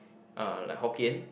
uh like Hokkien